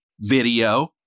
video